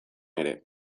ere